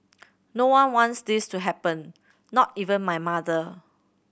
no one wants this to happen not even my mother